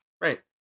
Right